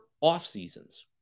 off-seasons